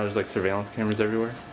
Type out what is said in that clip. like surveillance cameras everywhere?